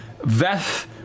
Veth